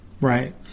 Right